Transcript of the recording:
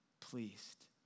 pleased